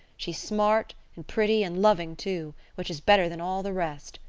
she's smart and pretty, and loving, too, which is better than all the rest.